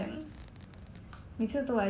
!aiya!